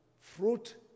fruit